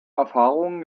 erfahrungen